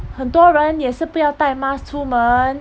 很多人也是不要带 mask 出门